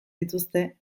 dituzte